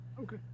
Okay